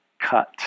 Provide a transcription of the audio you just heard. cut